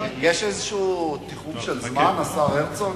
יש איזה תיחום של זמן, השר הרצוג?